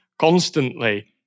constantly